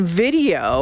video